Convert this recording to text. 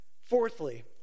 Fourthly